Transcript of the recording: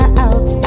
out